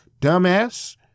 Dumbass